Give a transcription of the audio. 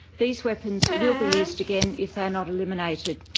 these weapons will be used again if they are not eliminated.